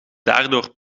daardoor